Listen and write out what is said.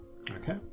Okay